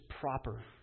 proper